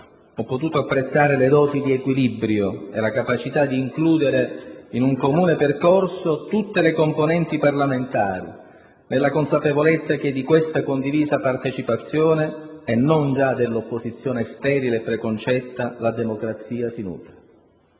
ho potuto apprezzarne le doti di equilibrio e la capacità di includere in un comune percorso tutte le componenti parlamentari, nella consapevolezza che di questa condivisa partecipazione e non già dell'opposizione sterile e preconcetta la democrazia si nutre.